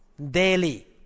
daily